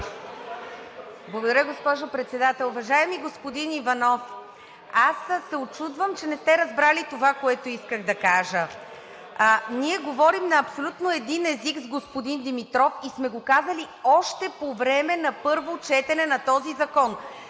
Благодаря, госпожо Председател. Уважаеми господин Иванов, аз се учудвам, че не сте разбрали това, което исках да кажа. Ние говорим на абсолютно един език с господин Димитров и сме го казали още по време на първо четене на този закон.